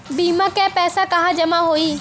बीमा क पैसा कहाँ जमा होई?